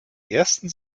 ersten